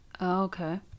Okay